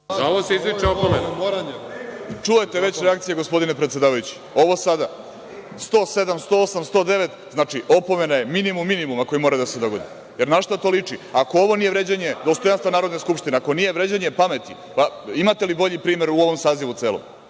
**Vladimir Orlić** Čujete već reakcije, gospodine predsedavajući. Ovo sada 107, 108, 109, znači opomena je minimum minimuma koji mora da se dogodi. Na šta to liči? Ako ovo nije vređanje dostojanstva Narodne skupštine, ako nije vređanje pameti, pa imate li bolji primer u ovom sazivu celom? Na